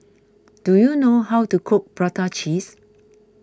do you know how to cook Prata Cheese